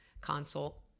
consult